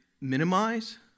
minimize